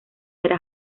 era